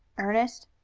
ernest,